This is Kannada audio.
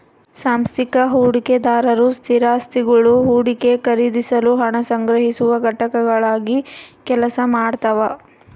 ಸಾಂಸ್ಥಿಕ ಹೂಡಿಕೆದಾರರು ಸ್ಥಿರಾಸ್ತಿಗುಳು ಹೂಡಿಕೆ ಖರೀದಿಸಲು ಹಣ ಸಂಗ್ರಹಿಸುವ ಘಟಕಗಳಾಗಿ ಕೆಲಸ ಮಾಡ್ತವ